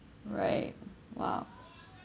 right !wow!